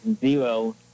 zero